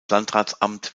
landratsamt